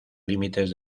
límites